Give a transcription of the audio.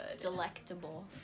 delectable